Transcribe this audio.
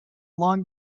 long